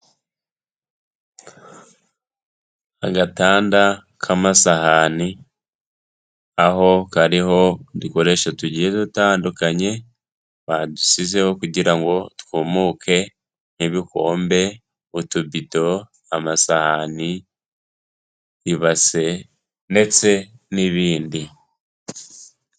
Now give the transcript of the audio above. Agatanda k'amasahani, aho kariho udukoresho tugiye dutandukanye badusizeho kugira ngo twumuke nk'ibikombe, utubido, amasahani, ibase ndetse n'ibindi.